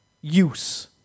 use